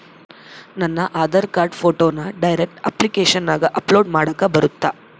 ನನ್ನ ಆಧಾರ್ ಕಾರ್ಡ್ ಫೋಟೋನ ಡೈರೆಕ್ಟ್ ಅಪ್ಲಿಕೇಶನಗ ಅಪ್ಲೋಡ್ ಮಾಡಾಕ ಬರುತ್ತಾ?